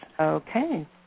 Okay